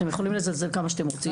אתם יכולים לזלזל כמה שאתם רוצים.